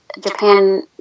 Japan